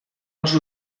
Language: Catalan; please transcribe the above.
als